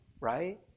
right